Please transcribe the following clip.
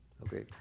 Okay